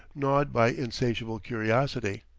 gnawed by insatiable curiosity.